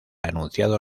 anunciado